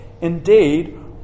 Indeed